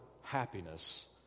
happiness